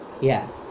yes